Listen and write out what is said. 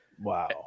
Wow